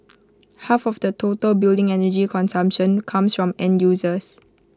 half of the total building energy consumption comes from end users